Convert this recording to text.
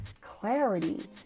clarity